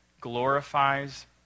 glorifies